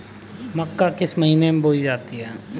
मक्का किस महीने में बोई जाती है?